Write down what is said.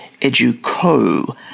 educo